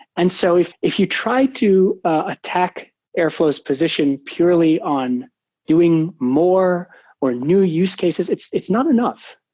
and so if if you try to attack airflow s position purely on doing more or new use cases, it's it's not enough.